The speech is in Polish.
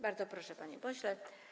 Bardzo proszę, panie pośle.